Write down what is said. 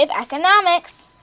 economics